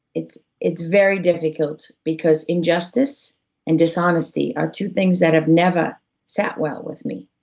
it's it's very difficult, because injustice and dishonesty are two things that have never sat well with me.